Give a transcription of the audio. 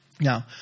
Now